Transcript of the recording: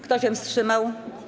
Kto się wstrzymał?